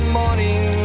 morning